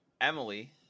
Emily